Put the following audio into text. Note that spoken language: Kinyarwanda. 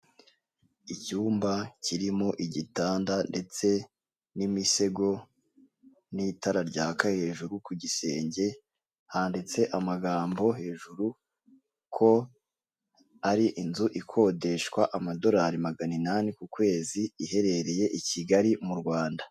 Icyumba kirimo igitanda ndetse n'imisego n'itara ryaka hejuru ku gisenge, handitse amagambo hejuru ko ari inzu ikodeshwa amadolari magana inani ku kwezi, iherereye i Kigali mu Rwanda.